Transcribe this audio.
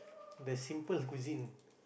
the simplest cuisine